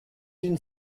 une